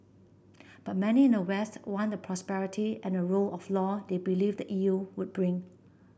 but many in the west want the prosperity and the rule of law they believe the E U would bring